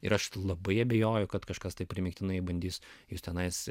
ir aš labai abejoju kad kažkas taip primygtinai bandys jus tenai